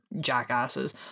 jackasses